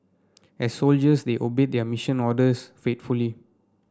as soldiers they obeyed their mission orders faithfully